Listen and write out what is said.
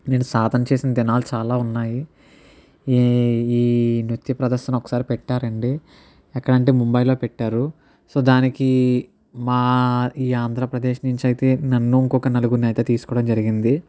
నేను సాధన చేసిన దినాలు చాలా ఉన్నాయి ఈ ఈ నృత్య ప్రదర్శన ఒకసారి పెట్టారు అండి ఎక్కడా అంటే ముంబైలో పెట్టారు సో దానికి మా ఈ ఆంధ్రప్రదేశ్ నుంచి అయితే నన్ను ఇంకో నలుగురుని అయితే తీసుకోవడం జరిగింది